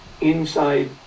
inside